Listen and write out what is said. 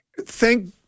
thank